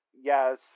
Yes